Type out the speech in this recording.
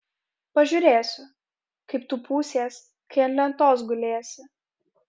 pažiūrėsiu kaip tu pūsies kai ant lentos gulėsi